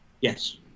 Yes